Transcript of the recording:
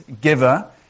giver